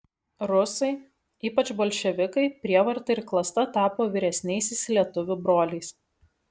rusai ypač bolševikai prievarta ir klasta tapo vyresniaisiais lietuvių broliais